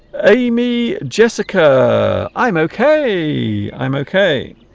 amy jessica i'm okay i'm okay